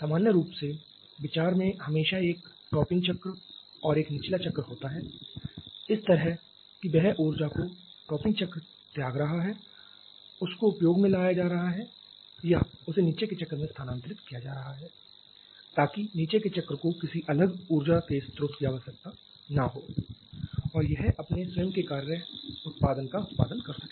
सामान्य रूप से विचार में हमेशा एक टॉपिंग चक्र और एक निचला चक्र होता है इस तरह कि वह ऊर्जा जो टॉपिंग चक्र त्याग रहा है उसको उपयोग में लाया जा रहा है या उसे नीचे के चक्र में स्थानांतरित किया जा रहा है ताकि नीचे के चक्र को किसी अलग ऊर्जा के स्रोत की आवश्यकता न हो और यह अपने स्वयं के कार्य का उत्पादन कर सके